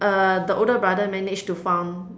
uh the older brother managed to found